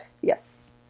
Yes